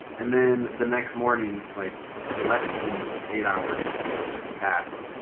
and then the next morning, like less than eight hours pass,